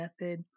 method